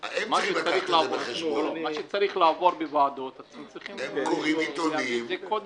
מה שצריך לעבור בוועדות, צריך להביא קודם.